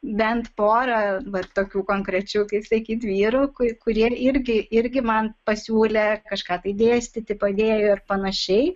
bent porą vat tokių konkrečių kaip sakyt vyrų kurie irgi irgi man pasiūlė kažką tai dėstyti padėjo ir panašiai